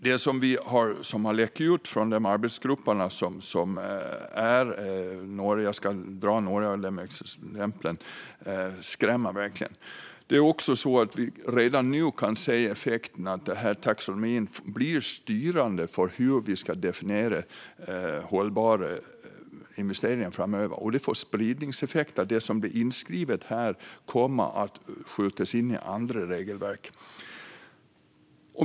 Det som har läckt ut från arbetsgrupperna skrämmer verkligen. Jag ska strax dra några exempel. Vi kan redan nu se effekten att taxonomin blir styrande för hur vi ska definiera hållbara investeringar framöver, och detta får spridningseffekter. Det som blir inskrivet där kommer att skjutas in i andra regelverk.